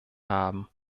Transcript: haben